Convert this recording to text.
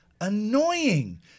annoying